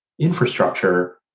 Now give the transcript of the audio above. infrastructure